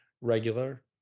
Regular